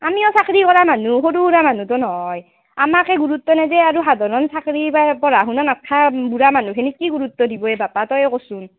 আমিও চাকৰি কৰা মানুহ সৰু সুৰা মানুহতো নহয় আমাকেই গুৰুত্ব নিদিয়ে আৰু সাধাৰণ চাকৰি বা পঢ়া শুনা নথকা বুঢ়া মানুহখিনিক কি গুৰুত্ব দিব এ বাপা তয়েই ক'চোন